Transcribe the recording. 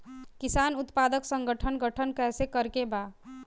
किसान उत्पादक संगठन गठन कैसे करके बा?